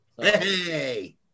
Hey